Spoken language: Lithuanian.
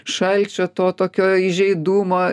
šalčio to tokio įžeidumo